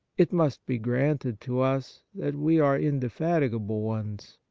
it must be granted to us that we are indefatigable ones.